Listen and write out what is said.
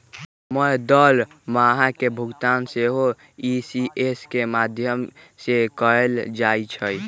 हमर दरमाहा के भुगतान सेहो इ.सी.एस के माध्यमें से कएल जाइ छइ